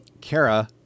Kara